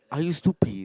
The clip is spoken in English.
are you stupid